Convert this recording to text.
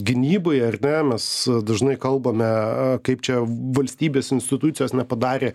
gynyboje ar ne mes dažnai kalbame kaip čia valstybės institucijos nepadarė